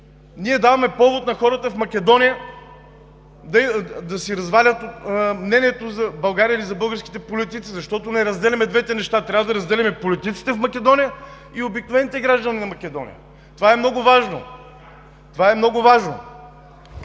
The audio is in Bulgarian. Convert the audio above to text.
ние даваме повод на хората в Македония да си развалят мнението за България или за българските политици, защото не разделяме двете неща – трябва да разделяме политиците в Македония и обикновените граждани на Македония. Това е много важно! Това е много важно!